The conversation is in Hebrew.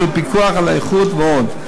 של פיקוח על האיכות ועוד.